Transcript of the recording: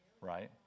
right